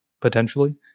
potentially